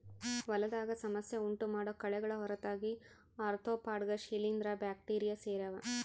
ಹೊಲದಾಗ ಸಮಸ್ಯೆ ಉಂಟುಮಾಡೋ ಕಳೆಗಳ ಹೊರತಾಗಿ ಆರ್ತ್ರೋಪಾಡ್ಗ ಶಿಲೀಂಧ್ರ ಬ್ಯಾಕ್ಟೀರಿ ಸೇರ್ಯಾವ